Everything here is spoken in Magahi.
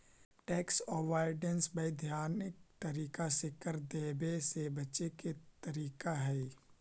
टैक्स अवॉइडेंस वैधानिक तरीका से कर देवे से बचे के तरीका हई